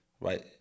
right